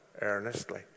earnestly